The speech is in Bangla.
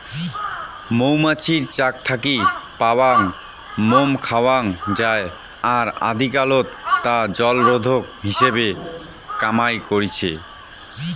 মৌমাছির চাক থাকি পাওয়াং মোম খাওয়াং যাই আর আদিকালত তা জলরোধক হিসাবে কামাই করিচে